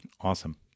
Awesome